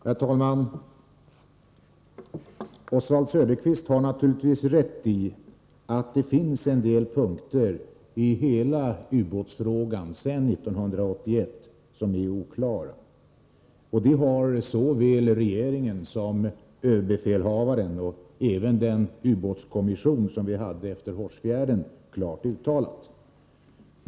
Herr talman! Oswald Söderqvist har naturligtvis rätt i att det finns en del punkter i hela ubåtsfrågan sedan 1981 som är oklara. Detta har såväl regeringen som överbefälhavaren och den ubåtskommission som arbetade efter händelserna i Hårsfjärden klart uttalat.